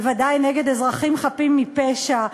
בוודאי נגד אזרחים חפים מפשע.